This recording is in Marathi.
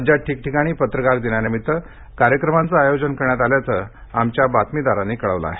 राज्यात ठिकठिकाणी पत्रकार दिनानिमित्त कार्यक्रमांचं आयोजन करण्यात आल्याचं आमच्या बातमीदारांनी कळवलं आहे